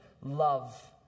Love